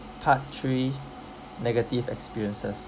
part three negative experiences